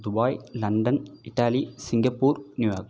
Dubai London Italy Singapore New York